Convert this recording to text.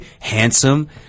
handsome